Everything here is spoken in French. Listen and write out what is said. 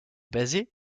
basé